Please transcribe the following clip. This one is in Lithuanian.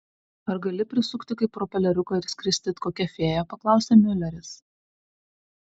ar gali prisukti kaip propeleriuką ir skristi it kokia fėja paklausė miuleris